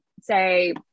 say